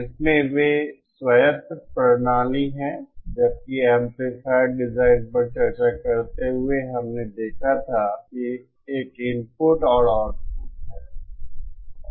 इसमें वे स्वायत्त प्रणाली हैं जबकि एम्पलीफायर डिजाइन पर चर्चा करते हुए हमने देखा था कि एक इनपुट और आउटपुट है